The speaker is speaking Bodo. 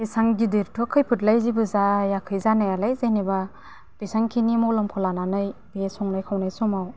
एसां गिदिरथ' खैफोदलाय जेबो जायाखै जानायालाय जेनेबा बेसां खिनि मलमखौ लानानै बे संनाय खावनाय समाव